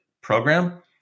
program